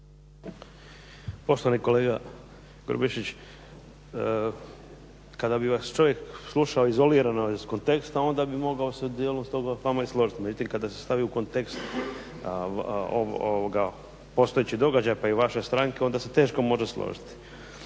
Poštovani kolega Grubišić, kada bi vas čovjek slušao izolirano iz konteksta onda bi mogao s dijelom stoga se s vama i složiti. Međutim, kada se stavi u kontekst postojećih događaja pa i vaše stranke onda se teško može složiti.